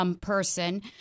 person